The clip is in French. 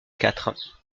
quatre